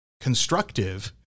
constructive